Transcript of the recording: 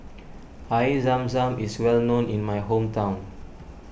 Air Zam Zam is well known in my hometown